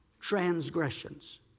transgressions